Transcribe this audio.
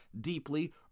deeply